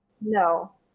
No